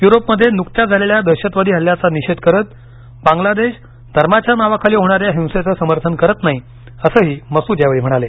युरोपमध्ये नुकत्याच झालेल्या दहशतवादी हल्याचा निषेध करत बांगलादेश धर्माच्या नावाखाली होणाऱ्या हिंसेचं समर्थन करत नाही असंही मसूद यावेळी म्हणाले